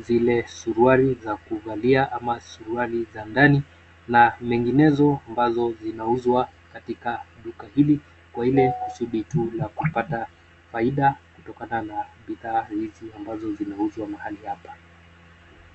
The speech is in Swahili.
zile suruali za kuvalia ama suruali za ndani na nyinginezo ambazo zinauzwa katika duka hili kwa ile kusudi tu la kupata faida kutokana na bidhaa hizi ambazo zinauzwa mahali hapa.